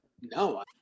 No